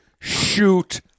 shoot